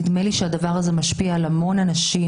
נדמה לי שהדבר הזה משפיע על הרבה מאוד אנשים,